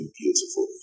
beautiful